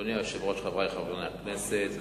אדוני היושב-ראש, חברי חברי הכנסת,